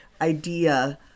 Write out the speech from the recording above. idea